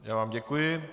Já vám děkuji.